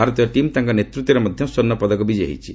ଭାରତୀୟ ଟିମ୍ ତାଙ୍କ ନେତୃତ୍ୱରେ ମଧ୍ୟ ସ୍ୱର୍ଷପଦକ ବିଜୟୀ ହୋଇଛି